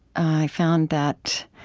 i found that